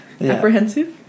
apprehensive